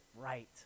right